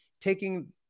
taking